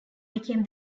became